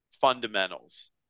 fundamentals